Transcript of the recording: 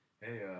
hey